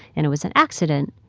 and it was an accident,